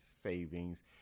savings